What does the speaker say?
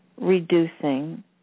reducing